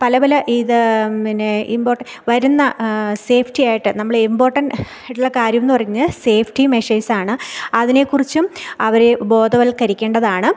പല പല ഇതു പിന്നെ ഇംപോർട്ട വരുന്ന സേഫ്റ്റിയായിട്ടു നമ്മൾ ഇംപോർട്ടൻറ്റ് ആയിട്ടുള്ള കാര്യമെന്നു പറഞ്ഞാൽ സേഫ്റ്റി മെഷേർസാണ് അതിനെക്കുറിച്ചും അവരെ ബോധവത്ക്കരിക്കേണ്ടതാണ്